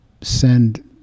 send